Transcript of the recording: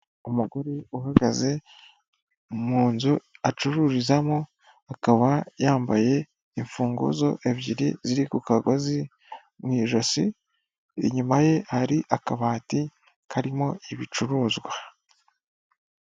Umugore uhagaze mu nzu acururizamo, akaba yambaye imfunguzo ebyiri ziri ku kagozi mu ijosi, inyuma ye hari akabati karimo ibicuruzwa.